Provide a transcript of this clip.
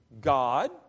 God